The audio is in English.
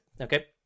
okay